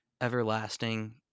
everlasting